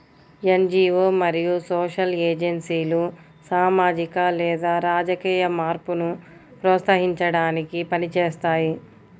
NGO మరియు social ఏజెన్సీలు సామాజిక లేదా రాజకీయ మార్పును ప్రోత్సహించడానికి పని చేస్తాయి